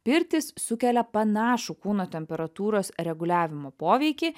pirtys sukelia panašų kūno temperatūros reguliavimo poveikį